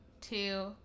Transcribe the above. two